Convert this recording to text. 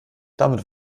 damit